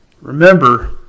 remember